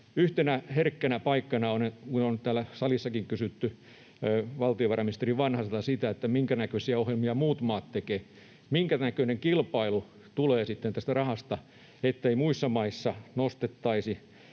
Yhtenä herkkänä paikkana on se — mistä on täällä salissakin kysytty valtiovarainministeri Vanhaselta — minkä näköisiä ohjelmia muut maat tekevät, minkä näköinen kilpailu tulee sitten tästä rahasta, ettei muissa maissa nostettaisi